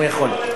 הוא יכול,